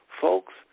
Folks